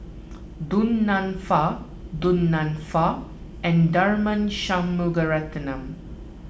Du Nanfa Du Nanfa and Tharman Shanmugaratnam